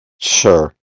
Sure